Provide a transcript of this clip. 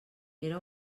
era